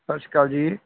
ਸਤਿ ਸ਼੍ਰੀ ਅਕਾਲ ਜੀ